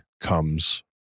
comes